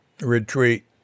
retreat